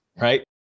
right